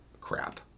crap